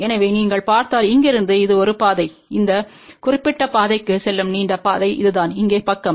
எனவே நீங்கள் பார்த்தால் இங்கிருந்து இது ஒரு பாதை இந்த குறிப்பிட்ட பாதைக்குச் செல்லும் நீண்ட பாதை இதுதான் இங்கே பக்கம்